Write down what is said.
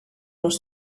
los